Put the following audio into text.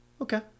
Okay